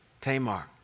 Tamar